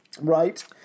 Right